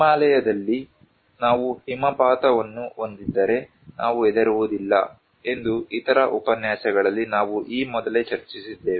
ಹಿಮಾಲಯದಲ್ಲಿ ನಾವು ಹಿಮಪಾತವನ್ನು ಹೊಂದಿದ್ದರೆ ನಾವು ಹೆದರುವುದಿಲ್ಲ ಎಂದು ಇತರ ಉಪನ್ಯಾಸಗಳಲ್ಲಿ ನಾವು ಈ ಮೊದಲೇ ಚರ್ಚಿಸಿದ್ದೇವೆ